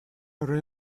our